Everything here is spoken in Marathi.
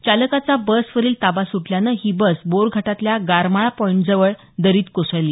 चालकाचा बसवरील ताबा सुटल्यान ही बस बोरघाटातल्या गारमाळा पॉईंटजवळ दरीत कोसळली